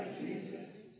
Jesus